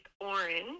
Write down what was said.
orange